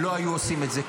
לא היו עושים את זה.